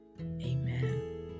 amen